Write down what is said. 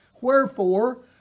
Wherefore